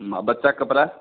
बच्चा कपड़ा